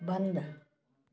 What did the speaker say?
बंद